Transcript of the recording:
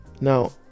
now